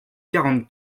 quarante